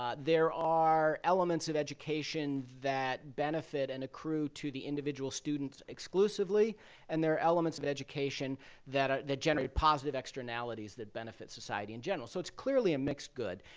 um there are elements of education that benefit and accrue to the individual students exclusively and there are elements of education that ah that generate positive externalities that benefit society in general. so it's clearly a mixed good.